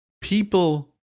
people